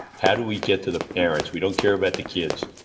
how do we get to the parents? we don't care about the kids.